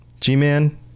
G-Man